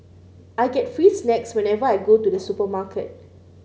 I get free snacks whenever I go to the supermarket